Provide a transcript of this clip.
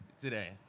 today